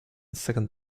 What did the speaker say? second